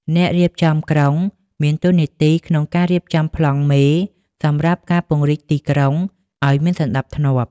អ្នករៀបចំក្រុងមានតួនាទីក្នុងការរៀបចំប្លង់មេសម្រាប់ការពង្រីកទីក្រុងឱ្យមានសណ្តាប់ធ្នាប់។